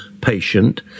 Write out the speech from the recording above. patient